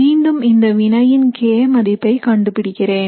மீண்டும் இந்த வினையின் k மதிப்பை கண்டுபிடிக்கிறேன்